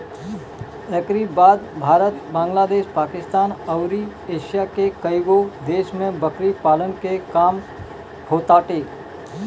एकरी बाद भारत, बांग्लादेश, पाकिस्तान अउरी एशिया के कईगो देश में बकरी पालन के काम होताटे